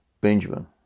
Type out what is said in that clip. Benjamin